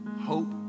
Hope